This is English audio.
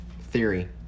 Theory